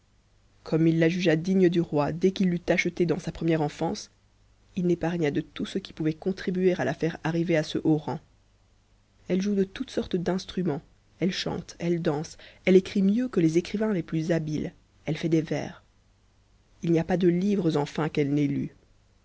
comme il la jugea digne ua roi dès qu'il l'eut achetée dans sa première enfance il n'épargna en de tout ce qui pouvait contribuer à la faire arriver à ce haut rang elle joue de toutes sortes d'instruments elle chante elle danse f écrit mieux que les écrivains les plus habiles elle fait des vers il n'y a pas de livres enfin qu'elle n'ait